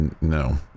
no